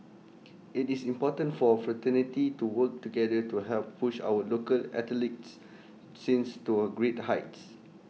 IT is important for fraternity to work together to help push our local athletics scenes to A great heights